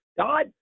God